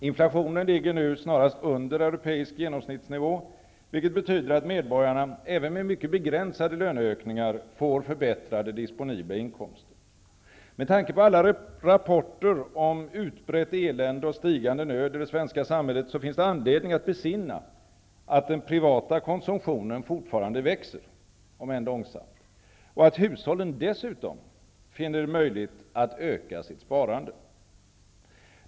Inflationen ligger nu snarast under europeisk genomsnittsnivå, vilket betyder att medborgarna även med mycket begränsade löneökningar får förbättrade disponibla inkomster. Med tanke på alla rapporter om utbrett elände och stigande nöd i det svenska samhället finns det anledning att besinna att den privata konsumtionen fortfarande växer -- om än långsamt -- och att hushållen dessutom finner det möjligt att öka sitt sparande.